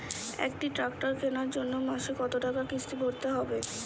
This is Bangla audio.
একটি ট্র্যাক্টর কেনার জন্য মাসে কত টাকা কিস্তি ভরতে হবে?